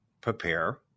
prepare